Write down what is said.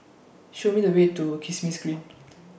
Show Me The Way to Kismis Green